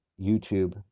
YouTube